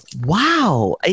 wow